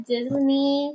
Disney